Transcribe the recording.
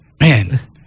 Man